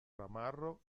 ramarro